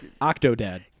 Octodad